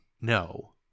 no